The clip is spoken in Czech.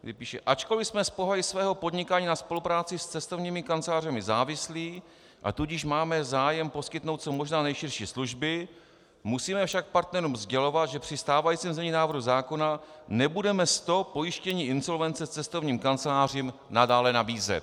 Píše: Ačkoliv jsme z povahy svého podnikání na spolupráci s cestovními kancelářemi závislí, a tudíž máme zájem poskytnout co možná nejširší služby, musíme však partnerům sdělovat, že při stávajícím znění návrhu zákona nebudeme s to pojištění insolvence cestovním kancelářím nadále nabízet.